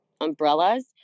umbrellas